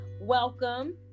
welcome